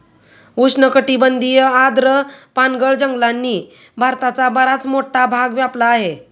उष्णकटिबंधीय आर्द्र पानगळ जंगलांनी भारताचा बराच मोठा भाग व्यापला आहे